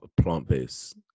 plant-based